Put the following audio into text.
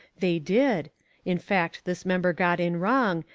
they did in fact this member got in wrong,